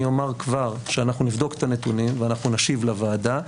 אני אומר כבר שאנחנו נבדוק את הנתונים ואנחנו נשיב לוועדה.